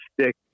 stick